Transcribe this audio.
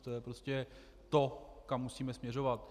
To je prostě to, kam musíme směřovat.